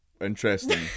Interesting